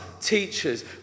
teachers